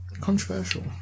Controversial